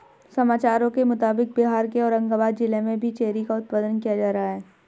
समाचारों के मुताबिक बिहार के औरंगाबाद जिला में भी चेरी का उत्पादन किया जा रहा है